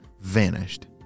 vanished